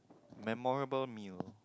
memorable meal